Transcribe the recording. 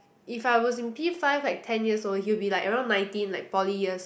if I was in P five like ten years old he will be like around nineteen like poly years